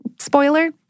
Spoiler